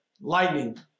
lightning